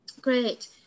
great